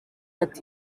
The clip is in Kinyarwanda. ati